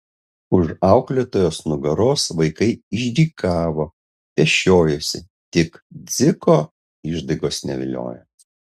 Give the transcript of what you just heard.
už auklėtojos nugaros vaikai išdykavo pešiojosi tik dziko išdaigos neviliojo